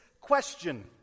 question